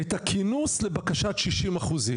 את הכינוס לבקשת 60%?